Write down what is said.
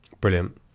Brilliant